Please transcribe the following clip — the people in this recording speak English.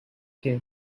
here